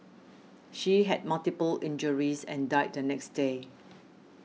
she had multiple injuries and died the next day